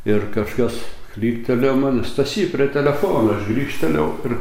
ir kažkas klyktelėjo man stasy prie telefono aš grįžtelėjau ir